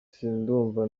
sindumva